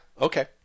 Okay